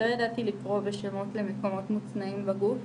לא ידעתי לקרוא בשמות למקומות מוצנעים בגוף,